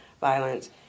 violence